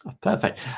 perfect